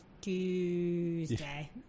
Tuesday